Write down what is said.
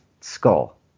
skull